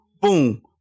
boom